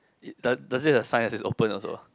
it does does it have a sign that says open also